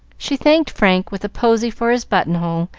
she thanked frank with a posy for his buttonhole,